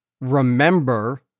remember